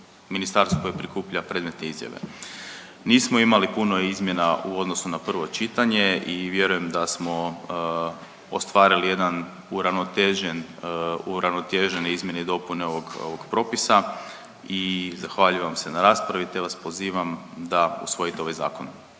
ministarstvo koje prikuplja predmetne izjave. Nismo imali puno izmjena u odnosu na prvo čitanje i vjerujem da smo ostvarili jedan uravnotežene izmjene i dopune ovog propisa i zahvaljujem vam se na raspravi te vas pozivam da usvojite ovaj Zakon.